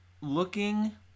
Looking